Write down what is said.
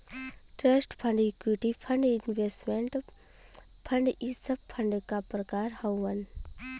trust fund equity fund investment fund इ सब fund क प्रकार हउवन